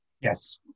Yes